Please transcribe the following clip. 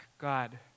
God